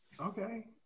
Okay